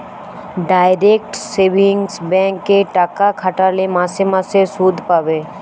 direct savings bank এ টাকা খাটালে মাসে মাসে শুধ পাবে